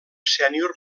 sènior